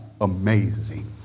amazing